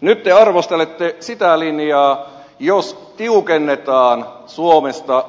nyt te arvostelette sitä linjaa jos tiukennetaan suomesta